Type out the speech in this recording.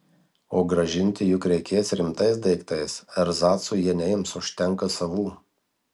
o grąžinti juk reikės rimtais daiktais erzacų jie neims užtenka savų